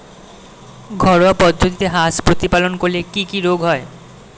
ঘরোয়া পদ্ধতিতে হাঁস প্রতিপালন করলে কি কি রোগ হয়?